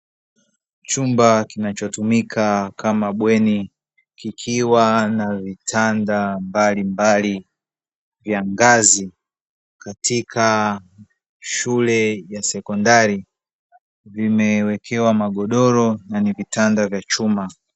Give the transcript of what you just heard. Chumba kinachotumika kama bweni kikiwa na vitanda mbalimbali vya ngazi katika shule ya sekondari, vimewekewa magodoro na ni vitanda vya chuma.